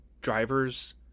driver's